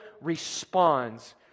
responds